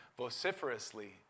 vociferously